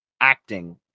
acting